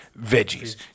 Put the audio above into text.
veggies